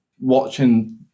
watching